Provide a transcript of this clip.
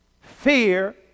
fear